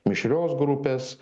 mišrios grupės